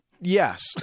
yes